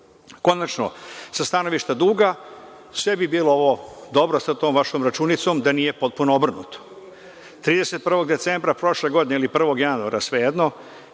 ostalo. Konačno, sa stanovišta duga, sve bi bilo ovo dobro sa tom vašom računicom da nije potpuno obrnuto. Decembra 31. prošle godine ili 1. januara, svejedno